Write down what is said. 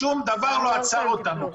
שום דבר לא עצר אותנו.